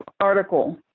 article